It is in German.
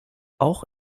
auch